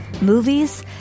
movies